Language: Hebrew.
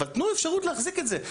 אבל תנו אפשרות להחזיק את זה.